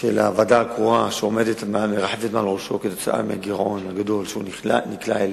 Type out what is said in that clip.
של הוועדה הקרואה שמרחפת מעל ראשו בגלל הגירעון הגדול שהוא נקלע אליו,